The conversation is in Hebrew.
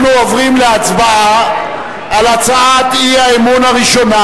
אנחנו עוברים להצבעה על הצעת האי-אמון הראשונה,